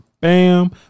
Bam